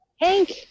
Hank